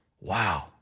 Wow